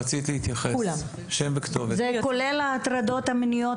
זה כולל את ההטרדות המיניות